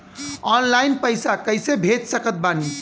Online पैसा कैसे भेज सकत बानी?